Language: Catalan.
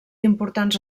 importants